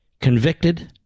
convicted